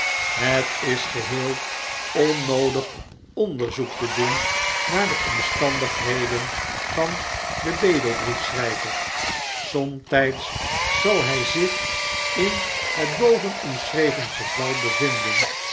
het is geheel onnoodig onderzoek te doen naar de omstandigheden van den bedelbriefschryver somtijds zal ky zich in het boven omschreven geval bevinden